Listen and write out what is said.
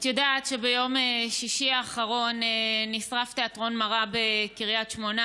את יודעת שביום שישי האחרון נשרף תיאטרון מראה בקריית שמונה.